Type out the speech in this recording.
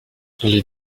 les